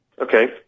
Okay